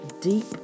deep